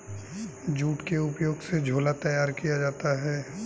jute के उपयोग से झोला तैयार किया जाता है